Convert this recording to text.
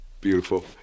beautiful